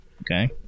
Okay